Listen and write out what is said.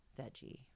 veggie